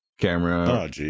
camera